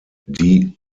die